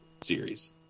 series